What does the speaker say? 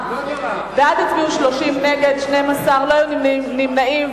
בעד הצביעו 30, נגד, 12, לא היו נמנעים.